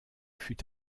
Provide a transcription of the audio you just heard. fut